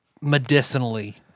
medicinally